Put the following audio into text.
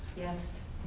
yes.